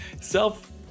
self